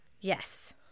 Yes